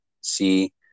see